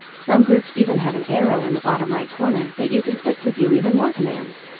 some groups even have an arrow in the bottom right corner that you can click to view even more commands.